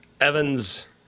Evans